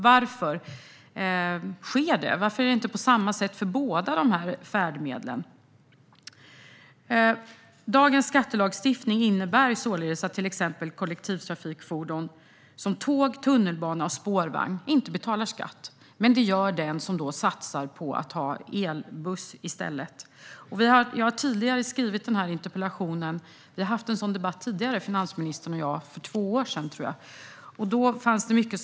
Varför sker det? Varför gäller inte samma sak för båda dessa färdmedel? Dagens skattelagstiftning innebär således att man inte behöver betala skatt på elen för till exempel kollektivtrafikfordon, såsom tåg, tunnelbana och spårvagn. Men den som satsar på att ha elbussar i stället måste betala skatt för elen. Jag har tidigare skrivit en interpellation om detta, och finansministern och jag har tidigare haft en sådan debatt. Jag tror att det var för två år sedan.